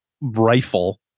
rifle